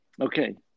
Okay